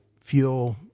fuel